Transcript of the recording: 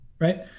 right